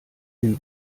den